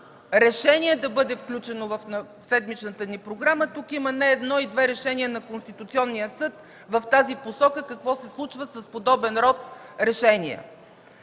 решение да бъде включено в седмичната ни програма. Тук има не едно и две решения на Конституционния съд в тази посока – какво се случва с подобен род решения.